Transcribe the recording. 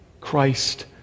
Christ